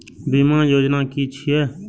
बीमा योजना कि छिऐ?